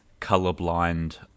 Colorblind